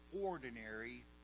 ordinary